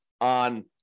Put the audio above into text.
on